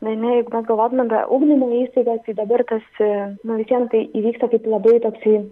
ane jeigu pagalvotumėm apie ugdymo įstaigas tai dabar tas nu vis vien tai įvyksta kaip labai toksai